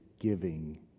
giving